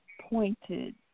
pointed